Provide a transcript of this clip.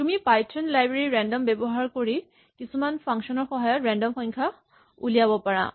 তুমি Python library random ব্যৱহাৰ কৰি তুমি কিছুমান ফাংচন ৰ সহায়ত ৰেন্ডম সংখ্যা ওলিয়াব পাৰিবা